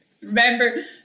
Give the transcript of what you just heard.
remember